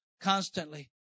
constantly